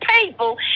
people